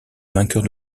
vainqueurs